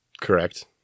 Correct